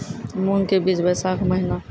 मूंग के बीज बैशाख महीना